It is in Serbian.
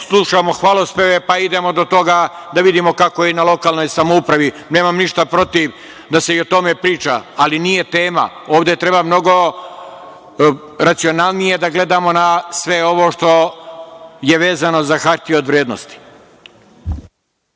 slušamo hvalospeve pa da idemo do toga da vidimo kako je na lokalnoj samoupravi. Nemam ništa protiv da se i o tome priča, ali nije tema. Ovde treba mnogo racionalnije da gledamo na sve ovo što je vezano za hartije od vrednosti.